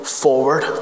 forward